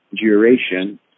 duration